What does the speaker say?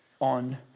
on